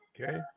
Okay